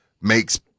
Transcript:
makes